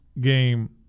game